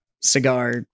cigar